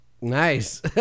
Nice